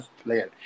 player